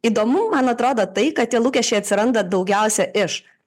įdomu man atrodo tai kad tie lūkesčiai atsiranda daugiausia iš